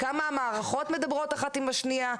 כמה המערכות מדברות אחת עם השנייה,